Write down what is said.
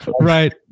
Right